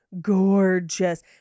gorgeous